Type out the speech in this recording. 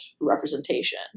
representation